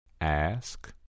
Ask